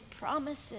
promises